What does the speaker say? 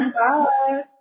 Bye